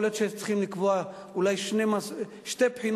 יכול להיות שצריכים לקבוע שתי בחינות,